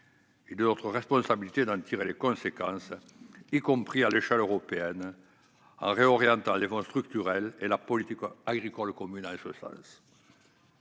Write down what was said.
Il est de notre responsabilité d'en tirer les conséquences, y compris à l'échelle européenne, en réorientant les fonds structurels et la politique agricole commune en ce sens.